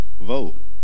vote